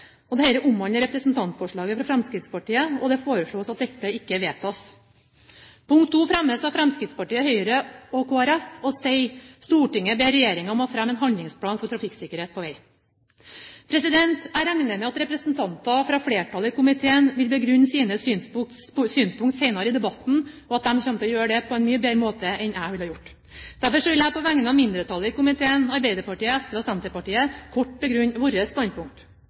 og omhandler representantforslaget fra Fremskrittspartiet, og det foreslås at dette ikke vedtas. II fremmes av Fremskrittspartiet, Høyre og Kristelig Folkeparti og lyder: «Stortinget ber regjeringen om å fremme en handlingsplan om trafikksikkerhet på vei.» Jeg regner med at representanter fra flertallet i komiteen vil begrunne sine synspunkter senere i debatten, og at de kommer til å gjøre det på en mye bedre måte enn jeg ville gjort. Derfor vil jeg på vegne av mindretallet i komiteen, Arbeiderpartiet, SV og Senterpartiet, kort begrunne vårt standpunkt.